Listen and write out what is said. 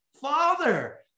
father